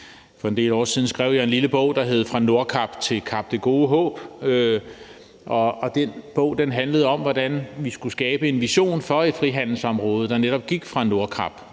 For en del år siden skrev jeg en lille bog, der hed »Fra Nordkap til Kap det Gode Håb« og den bog handlede om, hvordan vi skulle skabe en vision for et frihandelsområde, der netop gik fra Nordkap